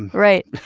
and right.